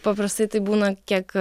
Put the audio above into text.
paprastai tai būna kiek